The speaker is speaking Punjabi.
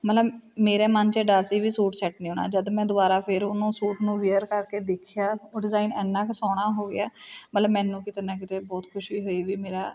ਮਤਲਬ ਮੇਰੇ ਮਨ 'ਚ ਇਹ ਡਰ ਸੀ ਵੀ ਸੂਟ ਸੈੱਟ ਨਹੀਂ ਆਉਣਾ ਜਦ ਮੈਂ ਦੁਬਾਰਾ ਫਿਰ ਉਹਨੂੰ ਸੂਟ ਨੂੰ ਵੇਅਰ ਕਰਕੇ ਦੇਖਿਆ ਉਹ ਡਿਜ਼ਾਇਨ ਇੰਨਾਂ ਕੁ ਸੋਹਣਾ ਹੋ ਗਿਆ ਮਤਲਬ ਮੈਨੂੰ ਕਿਤੇ ਨਾ ਕਿਤੇ ਬਹੁਤ ਖੁਸ਼ੀ ਹੋਈ ਵੀ ਮੇਰਾ